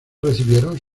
recibieron